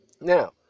Now